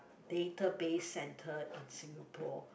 database center in Singapore